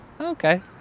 Okay